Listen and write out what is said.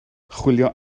chwilio